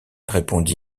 répond